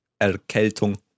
erkältung